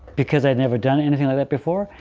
because i'd never done anything like that before,